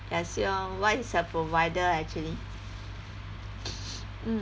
ya xiu-hong what is your provider actually mm